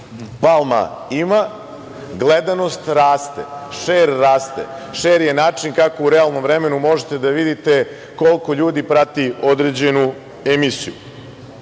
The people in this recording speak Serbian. Palma ima, gledanost raste, šer raste. Šer je način kako u realnom vremenu možete da vidite koliko ljudi prati određenu emisiju.